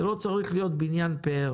זה לא צריך להיות בניין פאר